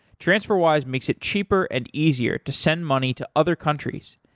transferwise makes it cheaper and easier to send money to other countries.